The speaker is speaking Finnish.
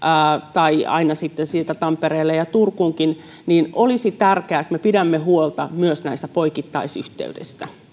tai sieltä sitten tampereelle ja turkuunkin niin että olisi tärkeää että me pidämme huolta myös näistä poikittaisyhteyksistä